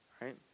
right